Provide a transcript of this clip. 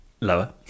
Lower